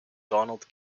donald